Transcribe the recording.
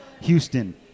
houston